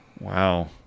Wow